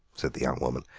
said the young woman,